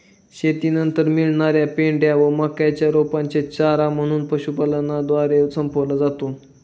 शेतीनंतर मिळणार्या पेंढ्या व मक्याच्या रोपांचे चारा म्हणून पशुपालनद्वारे संपवला जातो